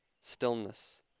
Stillness